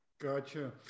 Gotcha